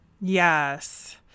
Yes